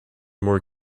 more